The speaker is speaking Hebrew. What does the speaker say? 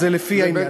זה לפי העניין.